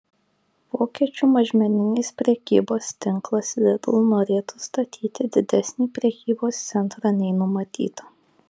vokiečių mažmeninės prekybos tinklas lidl norėtų statyti didesnį prekybos centrą nei numatyta